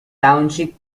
township